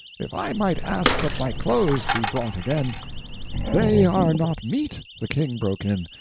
if i might ask that my clothes be brought again they are not meet, the king broke in.